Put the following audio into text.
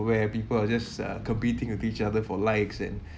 where people are just uh competing with each other for likes and